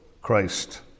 Christ